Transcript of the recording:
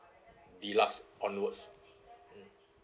deluxe onwards